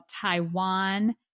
Taiwan